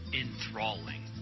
enthralling